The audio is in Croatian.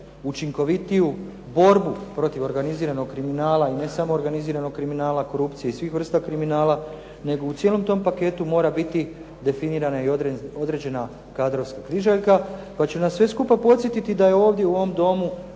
učinkovitiju borbu protiv organiziranog kriminala i ne samo organiziranog kriminala, korupcije i svih vrsta kriminala, nego u cijelom tom paketu mora biti definirana i određena kadrovska križaljka koja će nas sve skupa podsjetiti da je ovdje u ovom Domu